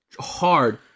Hard